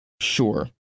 Sure